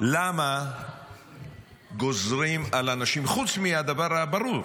למה גוזרים על אנשים, חוץ מהדבר הברור: